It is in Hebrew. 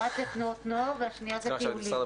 אחת זה תנועות נוער והשנייה זה טיולים.